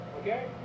okay